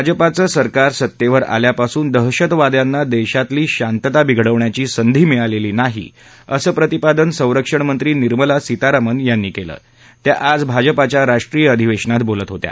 भाजपाचे सरकार सत्तेवर आल्यापासून दहशतवाद्याना देशातली शांतता बिघडवण्याची संधी मिळालेली नाही अस प्रतिपादन संरक्षण मंत्री निर्मला सीतारमण यांनी केलं त्या आज भाजपा च्या राष्ट्रीय अधिवेशनात बोलत होत्या